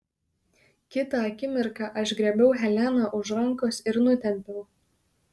kitą akimirką aš griebiau heleną už rankos ir nutempiau